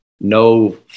No